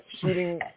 shooting